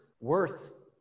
worth